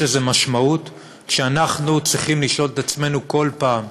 יש לזה משמעות כשאנחנו צריכים לשאול את עצמנו כל פעם,